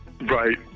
Right